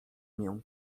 mię